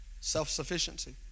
Self-sufficiency